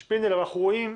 שפינדל, אנחנו רואים,